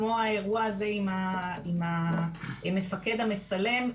כמו האירוע הזה של המפקד המצלם,